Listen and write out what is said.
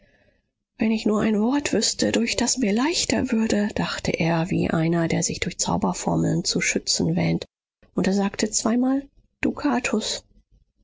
wenn ich nur ein wort wüßte durch das mir leichter würde dachte er wie einer der sich durch zauberformeln zu schützen wähnt und er sagte zweimal dukatus